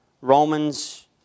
Romans